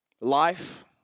Life